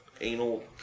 anal